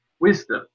wisdom